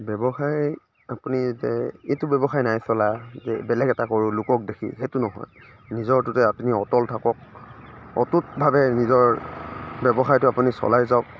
ব্য়ৱসায় আপুনি এইটো ব্য়ৱসায় নাই চলা যে বেলেগ এটা কৰোঁ লোকক দেখি সেইটো নহয় নিজৰটোতে আপুনি অটল থাকক অটুটভাৱে নিজৰ ব্য়ৱসায়টো আপুনি চলাই যাওক